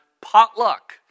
potluck